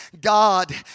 God